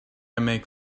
make